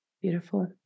Beautiful